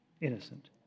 innocent